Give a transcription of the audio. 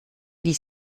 die